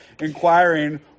inquiring